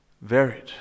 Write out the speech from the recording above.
Varied